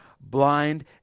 blind